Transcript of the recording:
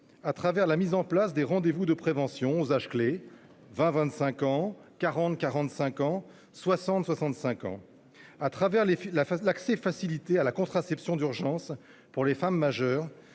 dans la mise en place des rendez-vous de prévention aux âges clés- 20-25 ans, 40-45 ans et 60-65 ans -et dans l'accès facilité à la contraception d'urgence pour les femmes majeures,